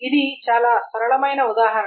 ఇది చాలా సరళమైన ఉదాహరణ